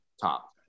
top